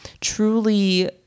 truly